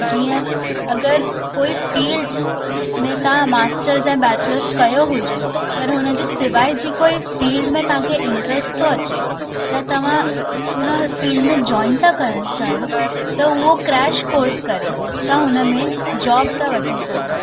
जीअं अगरि कोई फ़िल्ड में तव्हां मास्टर ऐं बेचलर्स कयो हुजे पर हुनजे सवाइ जे कोई फ़िल्ड में तव्हांखे इंट्र्स थो अचे त तव्हां उन फ़िल्ड में जॉइन था करणु चाहियो त उहो क्रेश कोर्स करे तव्हां हुन में जॉब था वठी सघो